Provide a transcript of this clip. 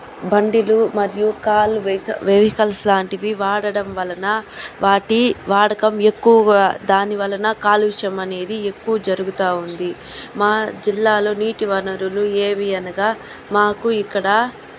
బండిలు మరియు కార్ వెయి వేయికల్స్ లాంటివి వాడడం వలన వాటి వాడకం ఎక్కువగా దానివలన కాలుష్యం అనేది ఎక్కువ జరుగుతుంది మా జిల్లాలో నీటి వనరులు ఏవి అనగా మాకు ఇక్కడ